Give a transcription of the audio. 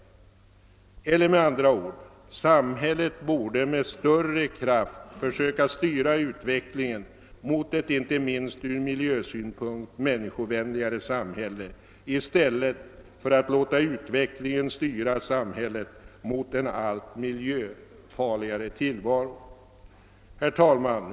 Eller, med andra ord, samhället borde med större kraft försöka styra utvecklingen mot ett inte minst från miljösynpunkt människovänligare samhälle i stället för att låta utvecklingen styra samhället mot en allt miljöfarligare tillvaro. Herr talman!